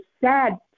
sad